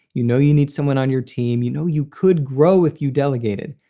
you know you need someone on your team, you know you could grow if you delegated,